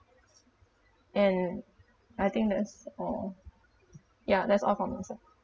and I think that's all ya that's all from my side